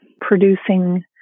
producing